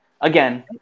Again